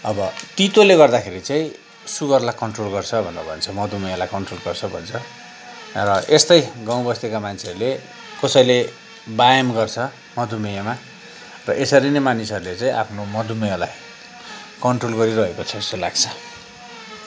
अब तितोले गर्दाखेरि चाहिँ सुगरलाई कन्ट्रोल गर्छ भनेर भन्छ मधुमेहलाई कन्ट्रोल गर्छ भन्छ र यस्तै गाँउ बस्तीका मान्छेहरूले कसैले व्यायाम गर्छ मधुमेहमा र यसरी नै मानिसहरूले चाहिँ आफ्नो मधुमेहलाई कन्ट्रोल गरिरहेको छ जस्तो लाग्छ